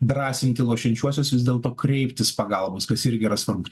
drąsinti lošiančiuosius vis dėl to kreiptis pagalbos kas irgi yra svarbu